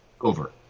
over